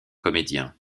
comédiens